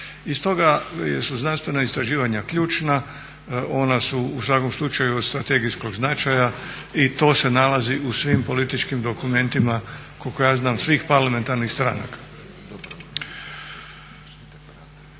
I stoga su znanstvena istraživanja ključna, ona su u svakom slučaju od strategijskog značaja i to se nalazi u svim političkim dokumentima koliko ja znam svih parlamentarnih stranaka.